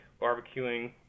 barbecuing